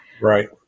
Right